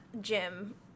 gym